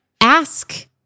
Ask